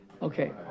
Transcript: Okay